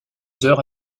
heures